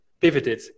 pivoted